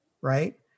right